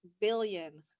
billion